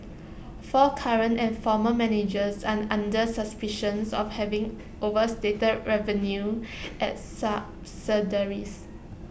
four current and former managers are under suspicions of having overstated revenue at subsidiaries